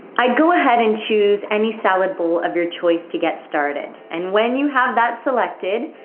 i'd go ahead and choose any salad bowl of your choice to get started, and when you have that selected,